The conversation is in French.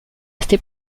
resté